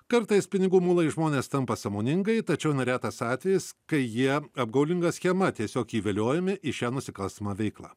kartais pinigų mulais žmonės tampa sąmoningai tačiau neretas atvejis kai jie apgaulinga schema tiesiog įviliojami į šią nusikalstamą veiklą